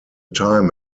time